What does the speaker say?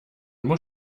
muss